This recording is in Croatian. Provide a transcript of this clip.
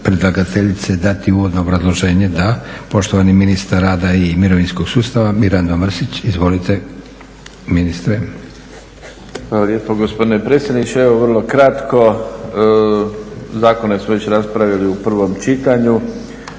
predlagateljice dati uvodno obrazloženje? Da. Poštovani ministar rada i mirovinskog sustava Mirando Mrsić. Izvolite ministre. **Mrsić, Mirando (SDP)** Hvala lijepo gospodine predsjedniče. Evo vrlo kratko. Zakone su već raspravili u prvom čitanju.